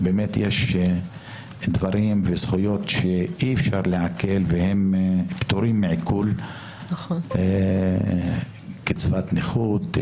דברים וזכויות שאי אפשר לעקל והם פטורים מעיקול כמו קצבת נכות,